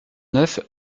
neuf